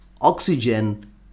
oxygen